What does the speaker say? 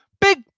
Big